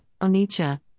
Onicha